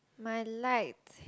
my liked